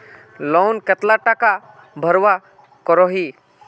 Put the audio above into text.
Loan कतला टाका भरवा करोही?